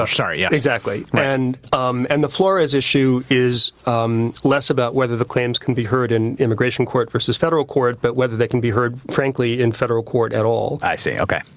ah yeah exactly. and um and the flores issue is um less about whether the claims can be heard in immigration court versus federal court, but whether they can be heard frankly in federal court at all. i see. okay.